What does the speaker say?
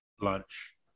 lunch